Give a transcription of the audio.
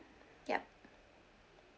ya